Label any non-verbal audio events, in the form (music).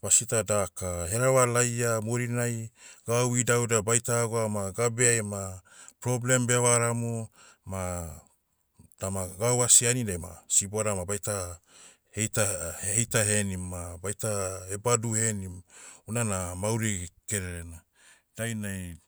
basita daka, hereva laia murinai, gau idauida baita gwa ma gabeai ma, problem bevaramu, ma, dama gau asi anidiai ma, siboda ma baita, heita- (hesitation) heita henim ma baita, hebadu henim. Unana mauri kererena. Dainai,